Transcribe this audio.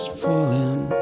falling